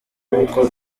kuko